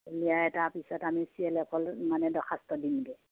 উলিয়াই তাৰ পিছত আমি চি এল এফল মানে দৰ্খাস্ত দিমগৈ